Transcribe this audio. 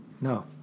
No